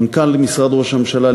מנכ"ל משרד ראש הממשלה,